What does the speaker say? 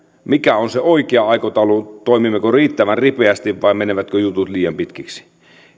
mikä on se oikea aikataulu toimimmeko riittävän ripeästi vai menevätkö jutut liian pitkiksi